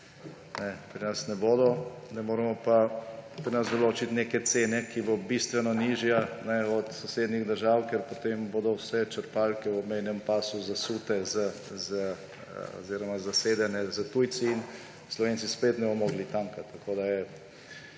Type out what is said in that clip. Pri nas ne bodo višje, ne moremo pa pri nas določiti neke cene, ki bo bistveno nižja od sosednjih držav, ker potem bodo vse črpalke v obmejnem pasu zasute oziroma zasedene s tujci in Slovenci splet ne bomo mogli tankati.